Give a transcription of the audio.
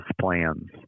plans